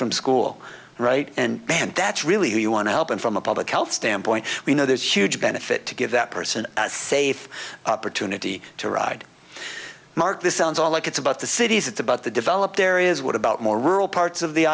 from school right and that's really who you want to help and from a public health standpoint we know there's a huge benefit to give that person safe opportunity to ride mark this sounds all like it's about the cities it's about the developed areas what about more rural parts of the